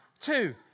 Two